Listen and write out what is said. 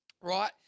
Right